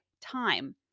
time